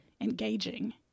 engaging